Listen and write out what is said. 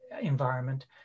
environment